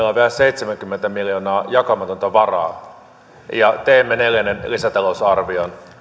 on vielä seitsemänkymmentä miljoonaa jakamatonta varaa ja teemme neljännen lisätalousarvion